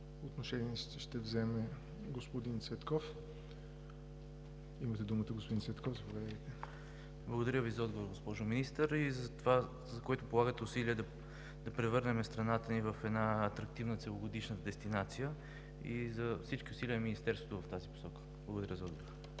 Отношение ще вземе господин Цветков. Имате думата, господин Цветков, заповядайте. ВАСИЛ ЦВЕТКОВ (ГЕРБ): Благодаря Ви за отговора, госпожо Министър, и за това, за което полагате усилия – да превърнем страната ни в атрактивна, целогодишна дестинация, и за всички усилия на Министерството в тази посока. Благодаря за отговора.